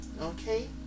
Okay